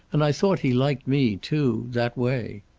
and i thought he liked me, too, that way.